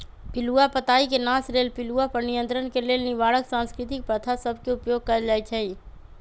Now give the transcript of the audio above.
पिलूआ पताई के नाश लेल पिलुआ पर नियंत्रण के लेल निवारक सांस्कृतिक प्रथा सभ के उपयोग कएल जाइ छइ